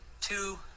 two